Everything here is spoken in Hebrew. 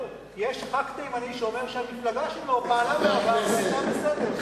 שאומר שהמפלגה שלו פעלה בעבר והיתה בסדר.